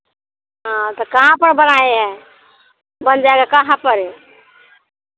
हाँ तो कहाँ पर बनाए हैं बन जाएगा कहाँ पर